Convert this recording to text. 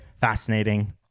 fascinating